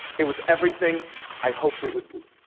it was everything i hoped it would be.